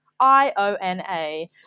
i-o-n-a